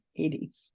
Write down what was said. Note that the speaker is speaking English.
80s